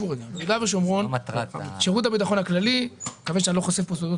שירות הביטחון הכללי אני מקווה שאני לא חושף פה סודות